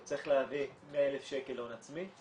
הוא צריך להביא 100,000 שקל הון עצמי.